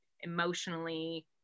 emotionally